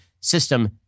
system